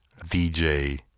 DJ